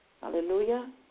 Hallelujah